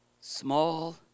small